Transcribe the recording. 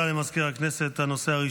מחסור בכוח אדם במקצוע עבודה סוציאלית